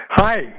Hi